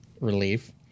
relief